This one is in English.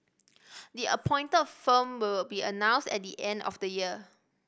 the appointed firm will be announced at the end of the year